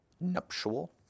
nuptial